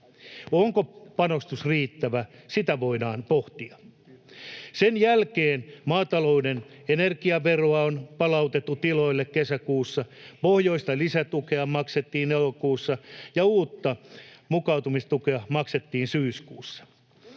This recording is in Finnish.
Onko panostus riittävä, sitä voidaan pohtia. Sen jälkeen maatalouden energiaveroa on palautettu tiloille kesäkuussa, pohjoista lisätukea maksettiin elokuussa ja uutta mukautumistukea maksettiin syyskuussa.